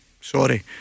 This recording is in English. sorry